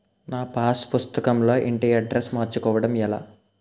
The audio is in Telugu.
నా పాస్ పుస్తకం లో ఇంటి అడ్రెస్స్ మార్చుకోవటం ఎలా?